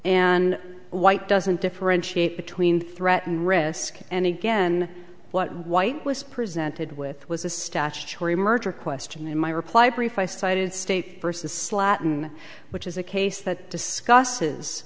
and white doesn't differentiate between threatened risk and again what white was presented with was a statutory murder question in my reply brief i cited state versus slaton which is a case that discusses